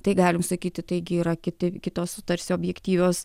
tai galim sakyti taigi yra kiti kitos tarsi objektyvios